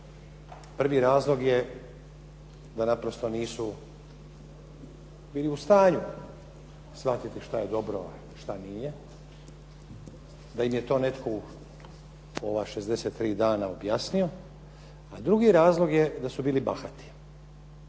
Prvi razlog je da naprosto nisu bili u stanju shvatiti što je dobro, što nije da im je netko u ova 63 dana objasnio, a drugi razlog je da su bili bahati.